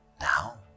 Now